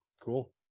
Cool